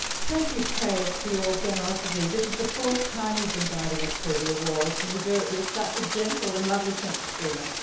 thank you craig, for your generosity. this is the fourth time you've been guiding us through the awards. and you do it with such a gentle and lovely sense of humor.